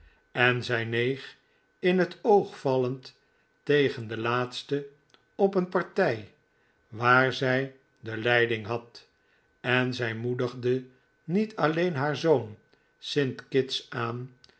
en zij neeg in het oog vallend tegen de laatste op een partij waar zij de leiding had en zij moedigde niet alleen haar zoon st kitts aan